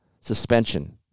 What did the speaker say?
suspension